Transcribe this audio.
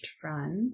front